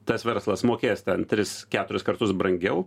tas verslas mokės tris keturis kartus brangiau